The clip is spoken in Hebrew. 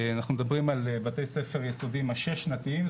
אנחנו מדברים על בתי ספר יסודיים השש שנתיים,